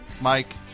Mike